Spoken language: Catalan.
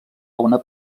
una